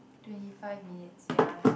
twenty five minutes ya